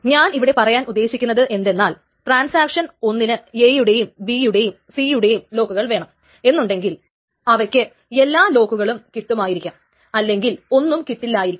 ഞാൻ ഇവിടെ പറയാൻ ഉദ്ദേശിക്കുന്നത് എന്തെന്നാൽ ട്രാൻസാക്ഷൻ ഒന്നിന് A യുടെയും B യുടെയും c യുടെയും ലോക്കുകൾ വേണം എന്നുണ്ടെങ്കിൽ അവക്ക് എല്ലാ ലോക്കുകളും കിട്ടുമായിരിക്കാം അല്ലെങ്കിൽ ഒന്നും കിട്ടില്ലായിരിക്കും